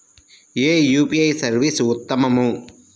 ఏ UPI service ఉత్తమము?